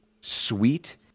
sweet